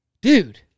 Dude